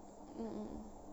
mm mm